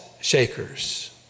shakers